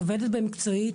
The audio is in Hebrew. עובדת במקצועיות,